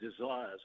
desires